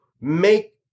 make